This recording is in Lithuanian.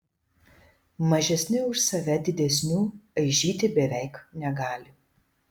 mažesni už save didesnių aižyti beveik negali